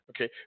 Okay